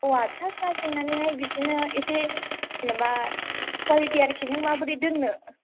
औवा फिसा फिसा सैनानैहाय बिदिनो एसे जेनेबा कुवालिटी आरोखि नों माबोरै दोननो